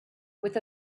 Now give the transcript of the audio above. with